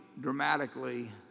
dramatically